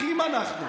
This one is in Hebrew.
אחים אנחנו,